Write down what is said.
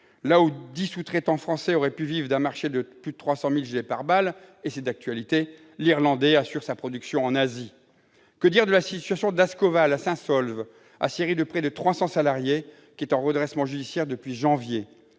Là où dix sous-traitants français auraient pu vivre d'un marché de 300 000 gilets pare-balles- c'est d'actualité -, l'Irlandais assure sa production en Asie. Que dire de la situation d'Ascoval, à Saint-Saulve, aciérie de près de 300 salariés qui est en redressement judiciaire depuis janvier